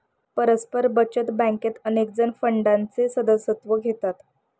परस्पर बचत बँकेत अनेकजण फंडाचे सदस्यत्व घेतात